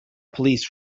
police